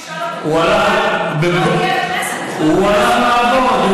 הוא לא היה פה אף פעם.